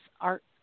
art